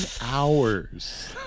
hours